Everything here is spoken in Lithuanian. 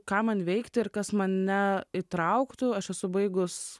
ką man veikti ir kas mane įtrauktų aš esu baigus